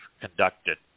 conducted